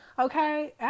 Okay